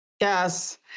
Yes